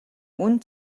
үнэ